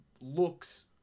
looks